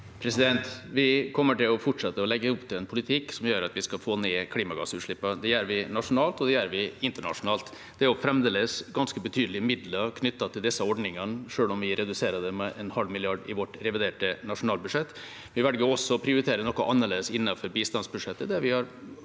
Vi kommer til å fortset- te å legge opp til en politikk som gjør at vi skal få ned klimagassutslippene. Det gjør vi nasjonalt, og det gjør vi internasjonalt. Det er fremdeles ganske betydelige midler knyttet til disse ordningene selv om vi reduserer dem med en halv milliard i vårt reviderte nasjonalbudsjett. Vi velger også å prioritere noe annerledes innenfor bistandsbudsjettet,